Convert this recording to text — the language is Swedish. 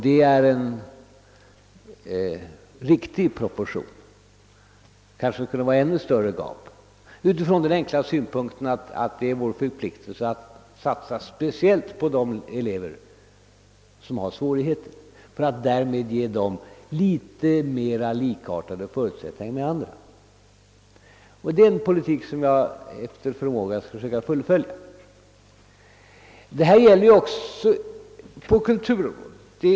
Det är en riktig proportion; kanske det borde vara ett ännu större gap, sett utifrån den enkla synpunkten att det är vår plikt att satsa speciellt på de elever som har svårigheter för att därmed ge dem förutsättningar som litet mer liknar de andras. Det är en politik som jag efter förmåga skall försöka fullfölja. Detta gäller också på kulturområdet.